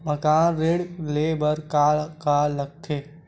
मकान ऋण ले बर का का लगथे?